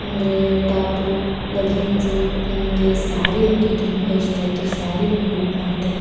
ಅಂದರೆ top leggings ನನಗೆ sari ಅಂತೂ ತುಂಬ ಇಷ್ಟ ಆಯಿತು ಸ್ಯಾರಿ ಒಂದು ಬುಕ್ ಮಾಡಿದೆ